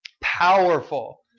powerful